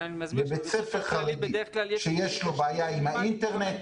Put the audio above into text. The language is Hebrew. בית ספר חרדי שיש לו בעיה עם האינטרנט,